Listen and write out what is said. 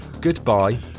goodbye